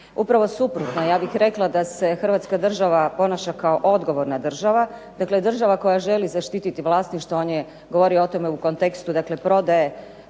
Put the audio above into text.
Upravo suprotno, ja bih rekla da se Hrvatska Država ponaša kao odgovorna država, dakle država koja želi zaštiti vlasništvo. On je govorio o tome u kontekstu prodaje